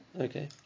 okay